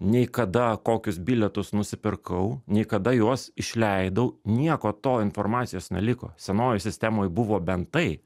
nei kada kokius bilietus nusipirkau nei kada juos išleidau nieko to informacijos neliko senojoj sistemoj buvo bent tai